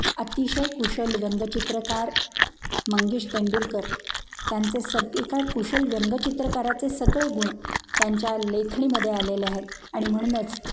अतिशय कुशल व्यंगचित्रकार मंगेश तेंडुलकर त्यांचे सग एका कुशल व्यंगचित्रकाराचे सगळे गुण त्यांच्या लेखणीमध्ये आलेले आहेत आणि म्हणूनच